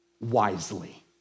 wisely